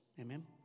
Amen